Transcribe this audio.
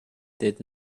did